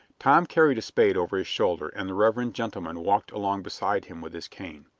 tom carried a spade over his shoulder and the reverend gentleman walked along beside him with his cane.